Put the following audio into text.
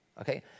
Okay